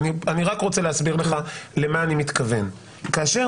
אני רק רוצה להסביר לך למה אני מתכוון: כאשר